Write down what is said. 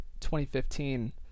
2015